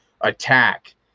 attack